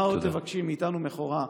מה עוד תבקשי מאיתנו מכורה?